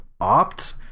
Opt